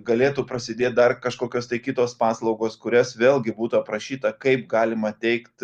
galėtų prasidėt dar kažkokios tai kitos paslaugos kurias vėlgi būtų aprašyta kaip galima teikt